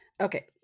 Okay